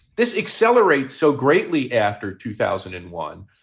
this accelerates so greatly after two thousand and one.